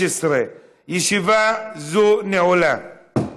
הישיבה הבאה תתקיים מחר,